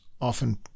often